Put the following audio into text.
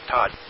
Todd